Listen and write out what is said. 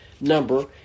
number